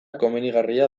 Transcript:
komenigarria